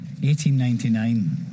1899